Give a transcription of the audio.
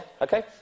Okay